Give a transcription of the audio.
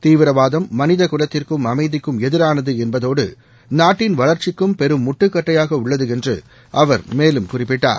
தீவிரவாதம் மனித குலத்திற்கும் அமைதிக்கும் எதிரானது என்பதோடு நாட்டின் வளர்ச்சிக்கும் பெரும் முட்டுக்கட்டையாக உள்ளது என்று அவர் மேலும் குறிப்பிட்டார்